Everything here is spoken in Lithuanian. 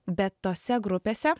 bet tose grupėse